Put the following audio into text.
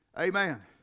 Amen